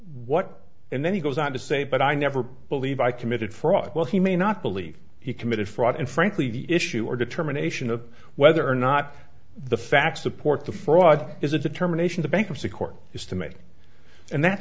what and then he goes on to say but i never believe i committed fraud well he may not believe he committed fraud and frankly the issue or determination of whether or not the facts support the fraud is a determination the bankruptcy court has to make and that's